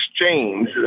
exchange